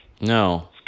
No